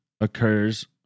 occurs